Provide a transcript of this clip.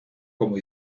como